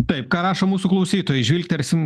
taip ką rašo mūsų klausytojai žvilgtersim